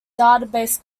database